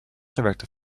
director